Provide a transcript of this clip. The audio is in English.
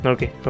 Okay